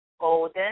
Golden